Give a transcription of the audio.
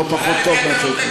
זה לא פחות טוב מאשר,